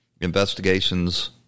investigations